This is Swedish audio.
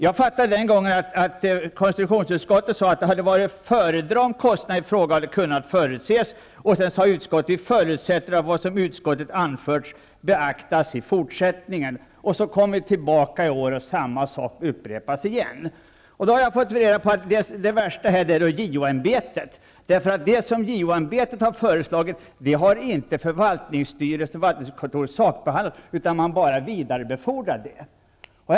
Vid det aktuella tillfället uppfattade jag att konstitutionsutskottet sade att det hade varit att föredra om kostnaderna i fråga hade kunnat förutses. Utskottet sade: Vi förutsätter att vad som i utskottet anförts beaktas i fortsättningen. Samma sak upprepas i år. Det värsta här är JO-ämbetet. Det som JO-ämbetet föreslagit har nämligen inte sakbehandlats av förvaltningsstyrelsen eller förvaltningskontoret. Man har bara vidarebefordrat förslaget.